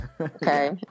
okay